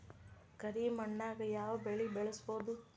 ಕರಿ ಮಣ್ಣಾಗ್ ಯಾವ್ ಬೆಳಿ ಬೆಳ್ಸಬೋದು?